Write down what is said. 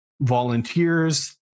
volunteers